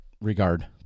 regard